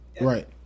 Right